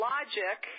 Logic